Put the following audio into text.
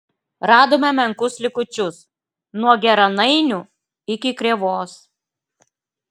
radome menkus likučius nuo geranainių iki krėvos